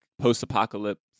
post-apocalypse